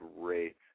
great